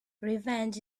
revenge